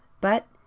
But